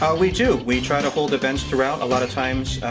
we do, we try to hold events throughout. a lot of times,